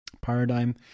paradigm